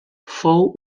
fou